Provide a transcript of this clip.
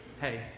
Hey